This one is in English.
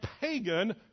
pagan